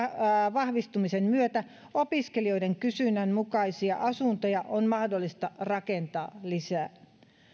vahvistumisen myötä opiskelijoiden kysynnän mukaisia asuntoja on mahdollista rakentaa lisää